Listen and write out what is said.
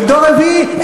ודור רביעי,